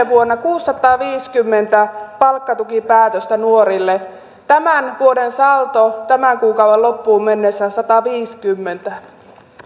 vuonna kuusisataaviisikymmentä palkkatukipäätöstä nuorille tämän vuoden saldo tämän kuukauden loppuun mennessä on sataviisikymmentä